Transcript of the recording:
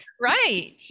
Right